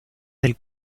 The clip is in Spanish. del